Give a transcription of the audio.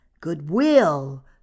goodwill